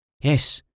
Yes